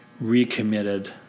recommitted